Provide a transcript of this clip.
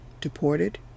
Deported